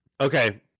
okay